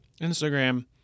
Instagram